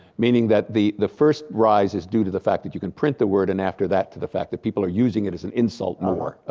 meaning that the the first rise is due to the fact that you can print the word and after that, to the fact that people are using it as an insult and more.